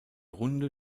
runde